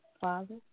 father